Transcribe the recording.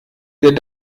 der